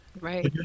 Right